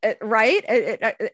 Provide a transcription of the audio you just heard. right